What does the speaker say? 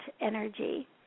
energy